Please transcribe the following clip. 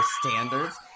standards